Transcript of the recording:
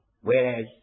whereas